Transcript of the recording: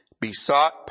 besought